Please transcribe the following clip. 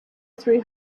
three